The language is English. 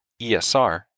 ESR